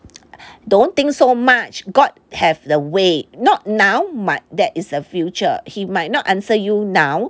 don't think so much god have the way not now but that is a future he might not answer you now